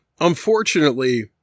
Unfortunately